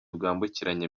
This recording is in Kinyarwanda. bwambukiranya